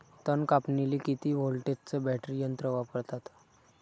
तन कापनीले किती व्होल्टचं बॅटरी यंत्र वापरतात?